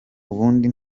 ubundi